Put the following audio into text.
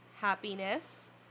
happiness